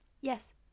Yes